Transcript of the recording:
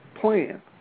plan